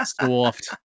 Soft